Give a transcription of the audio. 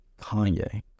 Kanye